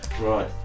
right